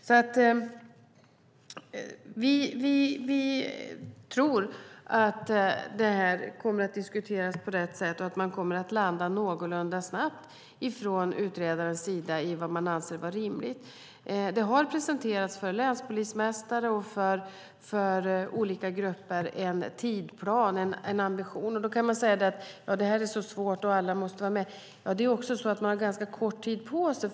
Vi tror att frågan kommer att diskuteras på rätt sätt och att utredaren någorlunda snabbt kommer att landa i vad som anses rimligt. En tidsplan har presenterats för länspolismästare och olika grupper. Då kan man invända att det är svårt och att alla måste vara med. Utredaren har ganska kort tid på sig.